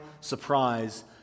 surprise